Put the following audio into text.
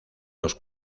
los